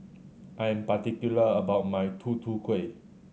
I am particular about my Tutu Kueh